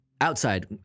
outside